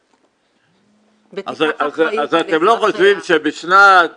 אתם לא חושבים שבשנת